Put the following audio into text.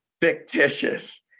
Fictitious